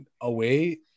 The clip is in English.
away